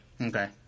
Okay